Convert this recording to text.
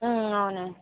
అవును